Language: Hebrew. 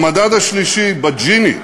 במדד השלישי, בג'יני,